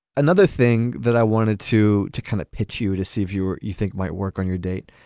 another thing that i wanted to to kind of pitch you to see if you were you think might work on your date.